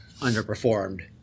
underperformed